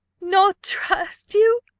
not trust you